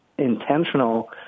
intentional